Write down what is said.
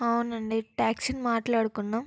అవునండి ట్యాక్సీని మాట్లాడుకున్నాం